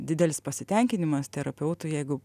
didelis pasitenkinimas terapeutui jeigu